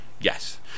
yes